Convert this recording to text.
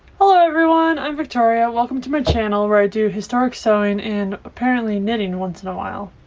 hello everyone! i'm victoria, welcome to my channel where i do historic sewing and apparently knitting once in a while.